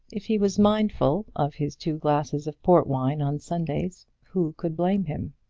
if he was mindful of his two glasses of port wine on sundays, who could blame him?